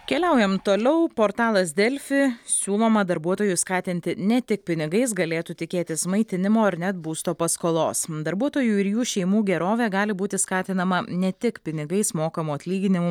keliaujam toliau portalas delfi siūloma darbuotojus skatinti ne tik pinigais galėtų tikėtis maitinimo ir net būsto paskolos darbuotojų ir jų šeimų gerovė gali būti skatinama ne tik pinigais mokamu atlyginimu